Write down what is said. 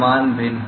समान भिन्न